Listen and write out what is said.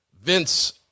Vince